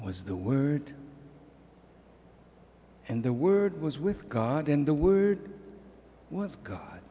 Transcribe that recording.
was the word and the word was with god in the word